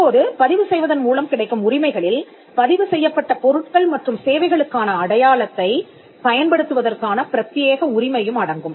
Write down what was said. தற்போது பதிவு செய்வதன் மூலம் கிடைக்கும் உரிமைகளில் பதிவு செய்யப்பட்ட பொருட்கள் மற்றும் சேவைகளுக்கான அடையாளத்தைப் பயன்படுத்துவதற்கான பிரத்தியேக உரிமையும் அடங்கும்